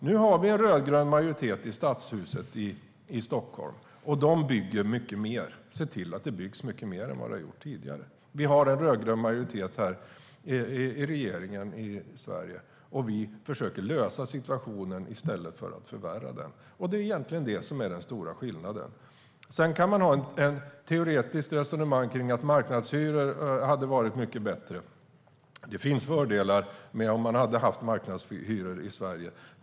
Nu har vi en rödgrön majoritet i Stadshuset i Stockholm, och de bygger mycket mer. De ser till att det byggs mycket mer än tidigare. Vi har en rödgrön majoritet i regeringen i Sverige, och vi försöker lösa situationen i stället för att förvärra den. Det är egentligen det som är den stora skillnaden. Sedan kan man ha ett teoretiskt resonemang kring att marknadshyror hade varit mycket bättre. Det finns fördelar om man hade haft marknadshyror i Sverige.